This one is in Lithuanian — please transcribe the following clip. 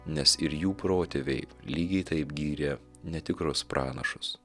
nes ir jų protėviai lygiai taip gyrė netikrus pranašus